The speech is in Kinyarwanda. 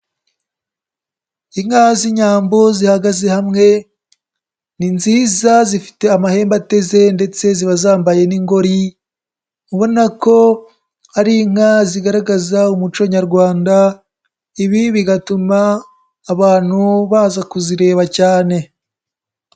Inka z'Inyambo zihagaze hamwe ni nziza zifite amahembe ateze ndetse ziba zambaye n'ingori ubona ko ari inka zigaragaza umuco nyarwanda, ibi bigatuma abantu baza kuzireba cyane.